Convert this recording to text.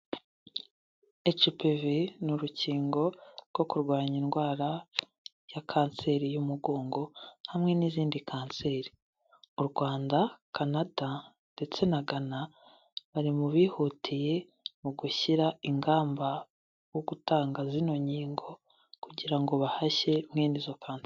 HPV ni urukingo rwo kurwanya indwara ya Kanseri y'umugongo, hamwe n'izindi Kanseri. U Rwanda, Canada ndetse na Ghana bari mu bihutiye mu gushyira ingamba wo gutanga zino nkingo kugira ngo bahashye mwene izo ka...